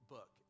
Book